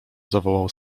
zawołał